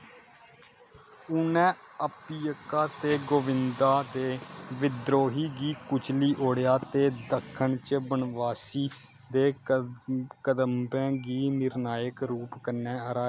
उ'नें अप्पयिका ते गोविंदा दे बिद्रोही गी कुचली ओड़ेआ ते दक्खन च बनवासी दे कदंबें गी निर्णायक रूप कन्नै हराया